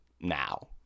now